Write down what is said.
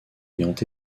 ayant